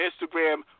Instagram